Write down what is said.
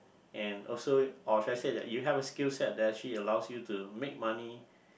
and also or should I say that you have a skill set that actually allows you to make money